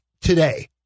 today